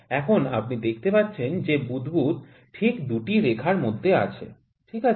এখন আপনি দেখতে পাচ্ছেন যে বুদবুদ ঠিক ২টি রেখার মধ্যে আছে ঠিক আছে